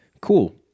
Cool